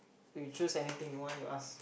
you choose anything you want you ask